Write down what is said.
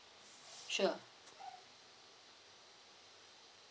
sure